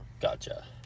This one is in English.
Gotcha